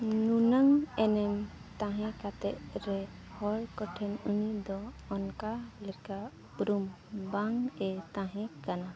ᱱᱩᱱᱟᱹᱜ ᱮᱱᱮᱢ ᱛᱟᱦᱮᱸᱠᱟᱛᱮ ᱨᱮᱦᱚᱸ ᱦᱚᱲ ᱠᱚᱴᱷᱮᱱ ᱩᱱᱤᱫᱚ ᱚᱱᱠᱟᱞᱮᱠᱟ ᱩᱯᱨᱩᱢ ᱵᱟᱝᱼᱮ ᱛᱟᱦᱮᱸᱠᱟᱱᱟ